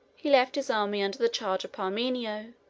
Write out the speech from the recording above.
he left his army under the charge of parmenio,